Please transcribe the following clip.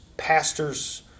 pastors